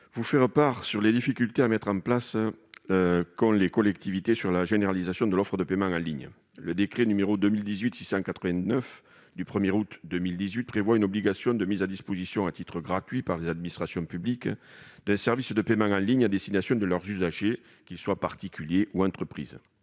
rencontrent des difficultés pour mettre en place la généralisation de l'offre de paiement en ligne. Le décret n° 2018-689 du 1 août 2018 prévoit une obligation de mise à disposition à titre gratuit par les administrations publiques d'un service de paiement en ligne à destination de leurs usagers, qu'ils soient particuliers ou entreprises.